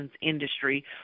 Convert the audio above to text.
industry